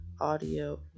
audio